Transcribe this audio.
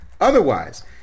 Otherwise